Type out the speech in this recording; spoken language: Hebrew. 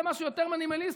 למשהו יותר מינימליסטי,